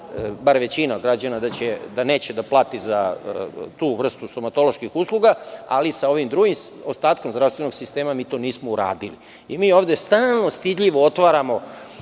bar većina građana, da neće da plati za tu vrstu stomatoloških usluga, ali sa ovim drugim ostatkom zdravstvenog sistema mi to nismo uradili. Završavajući da kažem,